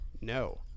No